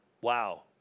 Wow